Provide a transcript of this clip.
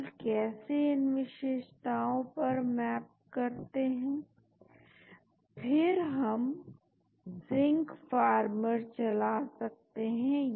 इसलिए यदि आवश्यकता हुई तो हम इनमें से किसी एक विशेषता को बंद या डिसएबल कर सकते हैं यदि आपको लगता है कि हमें और कंपाउंड चाहिए वरना हम इन सभी को रख सकते हैं और फिर से हम जिंक डेटाबेस में खोजना शुरू कर सकते हैं